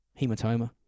hematoma